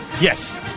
Yes